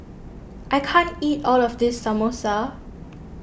I can't eat all of this Samosa